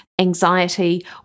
anxiety